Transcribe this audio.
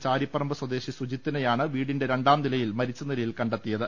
കടയ്ക്കൽ ചരിപറമ്പ് സ്വദേശി സുജിത്തിനെയാണ് വീടിന്റെ രണ്ടാം നിലയിൽ മരിച്ച നിലയിൽ കണ്ടെത്തിയത്